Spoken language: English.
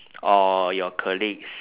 or your colleagues